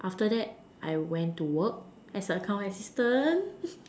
after that I went to work as a accounts assistant